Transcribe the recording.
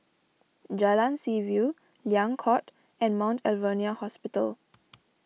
Jalan Seaview Liang Court and Mount Alvernia Hospital